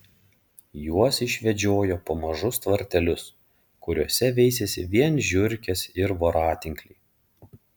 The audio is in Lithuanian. juos išvedžiojo po mažus tvartelius kuriuose veisėsi vien žiurkės ir voratinkliai